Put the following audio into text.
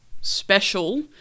special